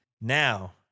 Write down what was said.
Now